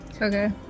okay